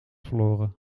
verloren